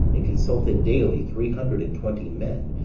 and consulted daily three hundred and twenty men,